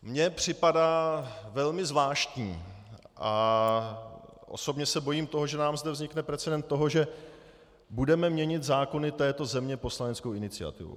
Mně připadá velmi zvláštní a osobně se bojím toho, že nám zde vznikne precedent toho, že budeme měnit zákony této země poslaneckou iniciativou.